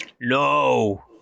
No